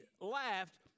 laughed